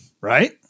right